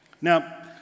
Now